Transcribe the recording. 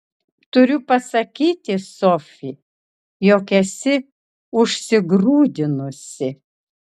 turiu pasakyti sofi jog esi užsigrūdinusi